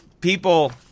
people